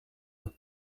eux